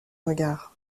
regards